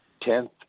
Tenth